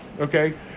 okay